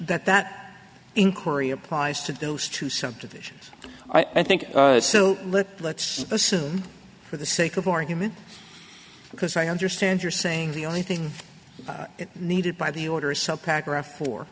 that that inquiry applies to those two subdivisions i think so let's assume for the sake of argument because i understand you're saying the only thing needed by the order